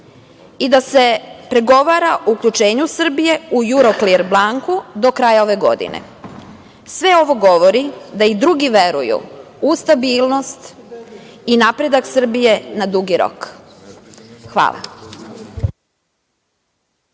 i da se pregovara uključenju Srbije u „Juroklir“ banku do kraja ove godine. Sve ovo govori da i drugi veruju u stabilnost i napredak Srbije na dugi rok. Hvala.